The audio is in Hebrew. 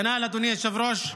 כנ"ל, אדוני היושב-ראש,